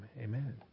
Amen